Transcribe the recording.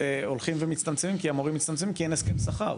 הולכים ומצטמצמים כי המורים מצטמצמים כי אין הסכם שכר.